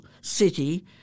city